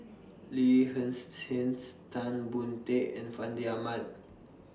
Lin Hsin Hsin Tan Boon Teik and Fandi Ahmad